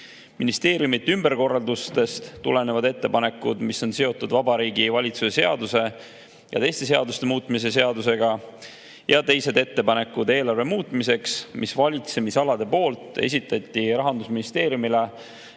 ministeeriumide ümberkorraldustest tulenevad ettepanekud, mis on seotud Vabariigi Valitsuse seaduse ja teiste seaduste muutmise seadusega, ja teised ettepanekud eelarve muutmiseks, mis valitsemisalad esitasid Rahandusministeeriumile